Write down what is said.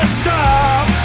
stop